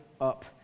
up